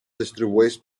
distribueix